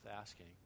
asking